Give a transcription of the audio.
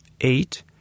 eight